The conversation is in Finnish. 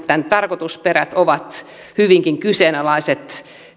tämän tarkoitusperät ovat hyvinkin kyseenalaiset